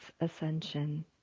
ascension